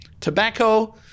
Tobacco